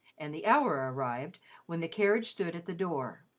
and the hour arrived when the carriage stood at the door.